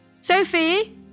Sophie